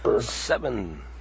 Seven